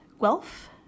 Guelph